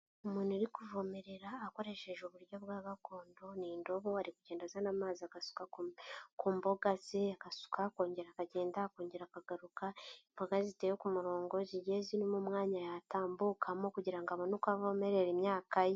Umuntu uri kuvomerera akoresheje uburyo bwa gakondo, ni indobo, ari kugenda azana amazi agasuka ku mboga ze, agasuka akongera akagenda, akongera akagaruka, imboga ziteye ku murongo, zigiye zirimo umwanya yatambukamo kugira ngo abone uko avomerera imyaka ye.